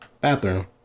bathroom